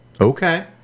Okay